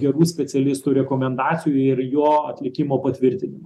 gerų specialistų rekomendacijų ir jo atlikimo patvirtinimo